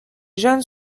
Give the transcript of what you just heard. jeunes